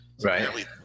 Right